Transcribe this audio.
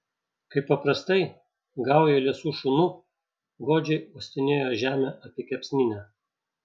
kaip paprastai gauja liesų šunų godžiai uostinėjo žemę apie kepsninę